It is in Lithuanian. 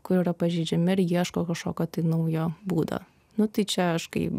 kur yra pažeidžiami ir ieško kažkokio tai naujo būdo nu tai čia aš kai